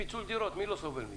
פיצול דירות, מי לא סובל מזה?